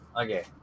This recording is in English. Okay